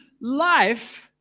life